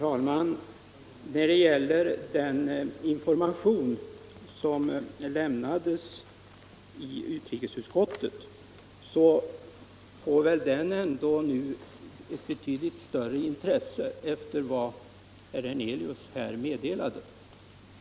Herr talman! Den information som lämnades i utrikesutskottet får väl ett betydligt större intresse efter vad herr Hernelius nu meddelade.